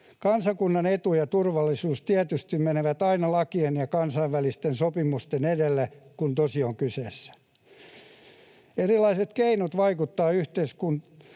Kansakunnan etu ja turvallisuus tietysti menevät aina lakien ja kansainvälisten sopimusten edelle, kun tosi on kyseessä. Erilaiset keinot vaikuttaa yhteiskunnan